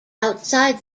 outside